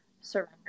surrender